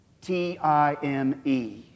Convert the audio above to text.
T-I-M-E